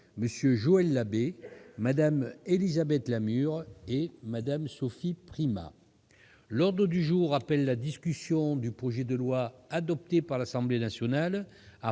Joël Labbé, Mmes Élisabeth Lamure et Sophie Primas. L'ordre du jour appelle la discussion du projet de loi, adopté par l'Assemblée nationale